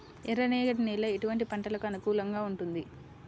ఎర్ర రేగడి నేల ఎటువంటి పంటలకు అనుకూలంగా ఉంటుంది?